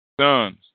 Sons